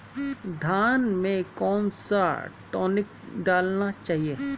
धान में कौन सा टॉनिक डालना चाहिए?